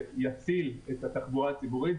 זה יציל את התחבורה הציבורית,